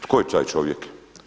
Tko je taj čovjek?